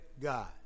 God